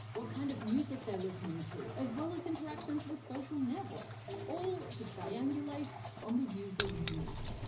what kind of music they're listening to, as well as interactions with social network, so all to triangulate on the user's mood.